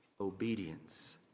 obedience